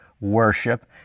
worship